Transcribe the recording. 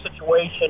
situation